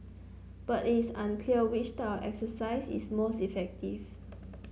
but it is unclear which type of exercise is most effective